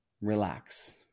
relax